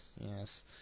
yes